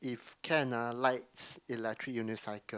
if can ah likes electric unicycle